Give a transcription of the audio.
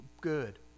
good